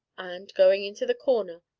and, going into the corner,